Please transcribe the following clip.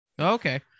Okay